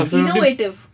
Innovative